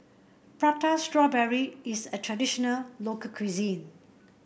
Prata Strawberry is a traditional local cuisine